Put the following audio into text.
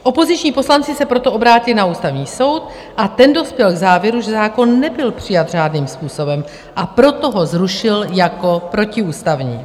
Opoziční poslanci se proto obrátili na Ústavní soud a ten dospěl k závěru, že zákon nebyl přijat řádným způsobem, a proto ho zrušil jako protiústavní.